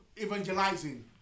evangelizing